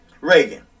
Reagan